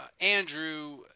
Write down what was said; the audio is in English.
Andrew